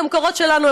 את המקורות שלנו,